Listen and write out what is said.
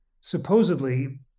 supposedly